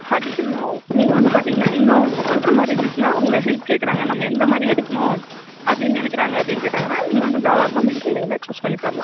suggestion நீங்கள் வந்து பார்த்திங்கன்னா இன்னும் அவங்களுக்கு சொல்கிற மாதிரி இருந்துச்சின்னால் உங்களை ஹெல்ப் கேட்குறாங்க நம்ம எந்தமாதிரி எடுக்கணும் அப்படின்னு நினைக்கிறாங்க அப்படின்னு கேட்டாங்கன்னால் நீங்கள் வந்து தாராளமாக மெடிக்கல் லைனை சூஸ் பண்ணி தரலாம்